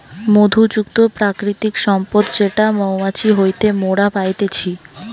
মধু যুক্ত প্রাকৃতিক সম্পদ যেটো মৌমাছি হইতে মোরা পাইতেছি